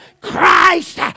Christ